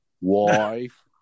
Wife